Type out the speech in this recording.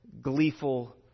gleeful